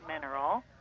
mineral